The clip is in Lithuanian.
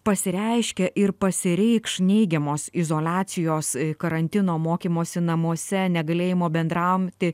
pasireiškia ir pasireikš neigiamos izoliacijos karantino mokymosi namuose negalėjimo bendrauti